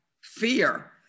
fear